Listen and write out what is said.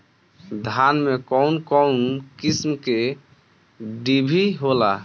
धान में कउन कउन किस्म के डिभी होला?